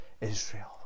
Israel